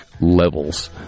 levels